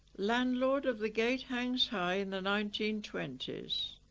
landlord of the gate hangs high in the nineteen twenty s